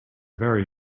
very